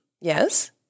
Yes